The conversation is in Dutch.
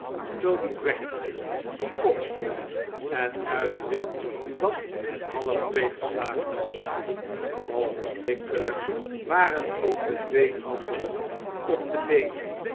toby crackit die opsprong en uitriep dat het half twee geslagen was oogenblikkelijk waren ook de twee anderen op de been